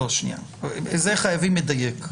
בזה חייבים לדייק.